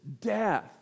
death